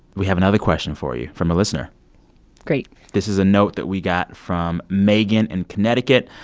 we have another question for you from a listener great this is a note that we got from megan in connecticut.